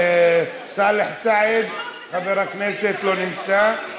סאלח סעד, חבר הכנסת, לא נמצא,